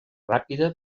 ràpida